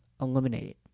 eliminated